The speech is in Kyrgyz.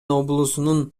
облусунун